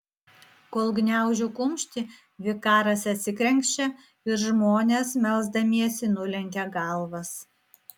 kol gniaužiu kumštį vikaras atsikrenkščia ir žmonės melsdamiesi nulenkia galvas